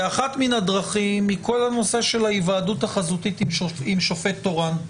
אחת מן הדרכים היא כל הנושא של ההיוועדות החזותית עם שופט תורן.